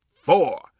four